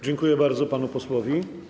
Dziękuję bardzo panu posłowi.